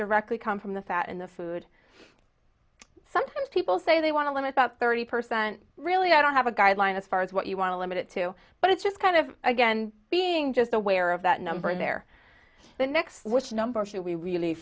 directly come from the fat in the food sometimes people say they want to limit that thirty per cent really i don't have a guideline as far as what you want to limit it to but it's just kind of again being just aware of that number there the next which number should we really